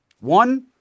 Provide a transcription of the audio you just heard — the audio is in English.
One